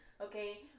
Okay